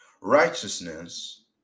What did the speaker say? Righteousness